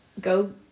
Go